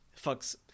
fucks